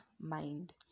mind